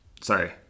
sorry